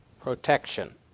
protection